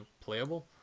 playable